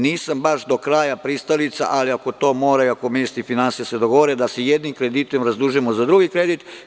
Nisam baš do kraja pristalica, ali ako to mora i ako ministri finansija se dogovore, da se jednim kreditom razdužujemo za drugi kredit.